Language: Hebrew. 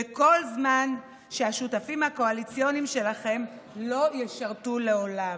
כל זמן שהשותפים הקואליציוניים שלכם לא ישרתו לעולם.